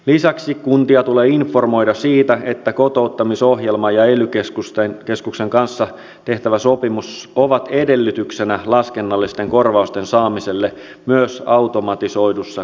lisäksi kuntia tulee informoida siitä että kotouttamisohjelma ja ely keskuksen kanssa tehtävä sopimus ovat edellytyksenä laskennallisten korvausten saamiselle myös automatisoidussa korvausprosessissa